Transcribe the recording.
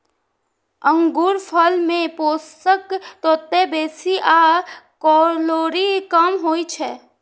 अंगूरफल मे पोषक तत्व बेसी आ कैलोरी कम होइ छै